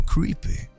Creepy